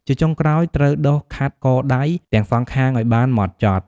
ជាចុងក្រោយ ត្រូវដុសខាត់កដៃ ទាំងសងខាងឱ្យបានហ្មត់ចត់។